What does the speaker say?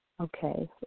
Okay